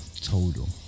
total